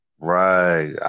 Right